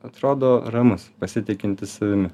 atrodo ramus pasitikintis savimi